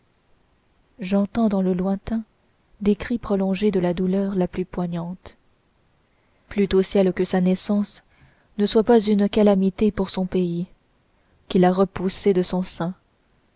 j'entends dans le lointain des cris prolongés de la douleur la plus poignante plût au ciel que sa naissance ne soit pas une calamité pour son pays qui l'a repoussé de son sein